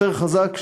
יותר חזק,